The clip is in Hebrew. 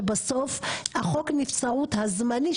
שבסוף החוק נבצרות הזמני,